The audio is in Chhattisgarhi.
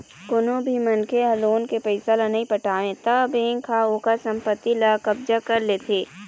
कोनो भी मनखे ह लोन के पइसा ल नइ पटावय त बेंक ह ओखर संपत्ति ल कब्जा कर लेथे